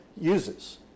uses